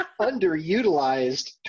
underutilized